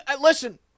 listen